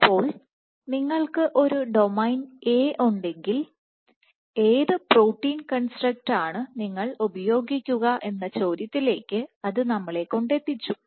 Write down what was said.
അപ്പോൾ നിങ്ങൾക്ക് ഒരു ഡൊമെയ്ൻ A ഉണ്ടെങ്കിൽ ഏത് പ്രോട്ടീൻ കൺസ്ട്രക്ടറ്റ് നിങ്ങൾ ഉപയോഗിക്കുക എന്ന് ചോദ്യത്തിലേക്ക് അത് നമ്മളെ കൊണ്ടെത്തിച്ചു